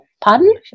Pardon